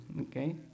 okay